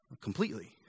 completely